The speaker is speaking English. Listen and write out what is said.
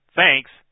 thanks